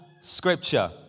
Scripture